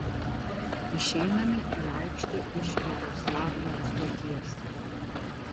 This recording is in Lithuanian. išeiname į aikštę iš jaroslavlio stoties